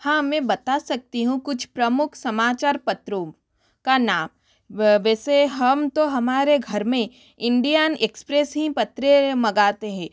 हाँ मैं बता सकती हूँ कुछ प्रमुख समाचार पत्रों का नाम व वैसे हम तो हमारे घर में इंडियन एक्सप्रेस ही पत्रे मगाते हैं